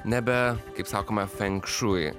nebe kaip sakoma fenkšui